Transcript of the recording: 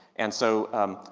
and so,